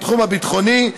בתחום הביטחוני,